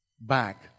back